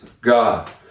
God